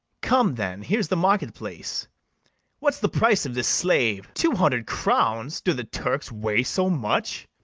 come, then here's the market-place what's the price of this slave? two hundred crowns! do the turks weigh so much?